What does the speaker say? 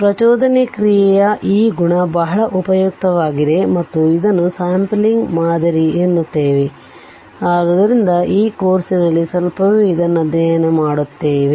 ಪ್ರಚೋದನೆಯ ಕ್ರಿಯೆಯ ಈ ಗುಣ ಬಹಳ ಉಪಯುಕ್ತವಾಗಿದೆ ಮತ್ತು ಇದನ್ನು ಸಾಂಪಲಿಂಗ್ ಮಾದರಿ ಎನ್ನುತ್ತೇವೆ ಆದ್ದರಿಂದ ಈ ಕೋರ್ಸ್ನಲ್ಲಿ ಸ್ವಲ್ಪವೇ ಇದನ್ನು ಅಧ್ಯಯನ ಮಾಡುತ್ತೇವೆ